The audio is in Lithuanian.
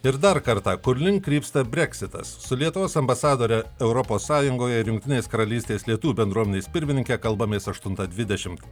ir dar kartą kurlink krypsta breksitas su lietuvos ambasadore europos sąjungoje ir jungtinės karalystės lietuvių bendruomenės pirmininke kalbamės aštuntą dvidešimt